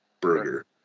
burger